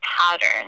pattern